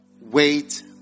Wait